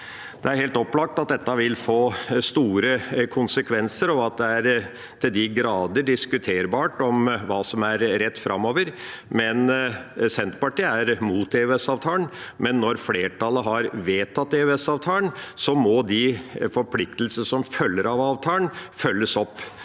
Det er helt opplagt at dette vil få store konsekvenser, og at det er til de grader diskuterbart hva som er rett framover. Senterpartiet er imot EØS-avtalen, men når flertallet har vedtatt EØS-avtalen, må de forpliktelser som følger av avtalen, følges opp.